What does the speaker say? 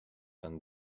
and